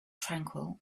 tranquil